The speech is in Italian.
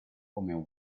come